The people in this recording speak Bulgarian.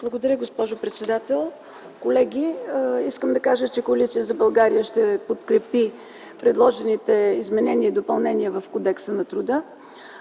Благодаря, госпожо председател. Колеги, искам да кажа, че Коалиция за България ще подкрепи предложените изменения и допълнения в Кодекса на труда,